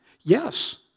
Yes